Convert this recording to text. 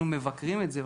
אנחנו מבקרים את זה,